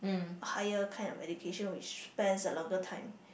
higher kind of education which spans a longer time